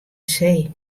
see